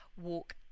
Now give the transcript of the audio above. walk